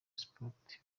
sportif